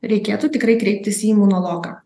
reikėtų tikrai kreiptis į imunologą